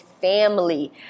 family